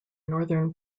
northern